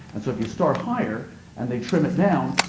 and so if you start higher and they trim it down,